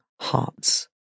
hearts